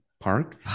park